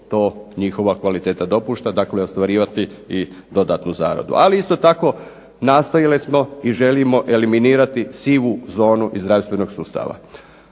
to njihova kvaliteta dopušta, dakle ostvarivati i dodatnu zaradu. Ali isto tako nastojali smo i želimo eliminirati sivu zonu iz zdravstvenog sustava.